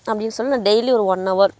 அப்படின்னு சொல்லி நான் டெய்லியும் ஒரு ஒன் ஹவர்